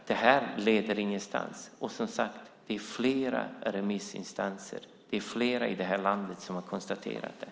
Det här leder ingenstans. Och som sagt: Det är flera remissinstanser och flera andra i det här landet som har konstaterat det.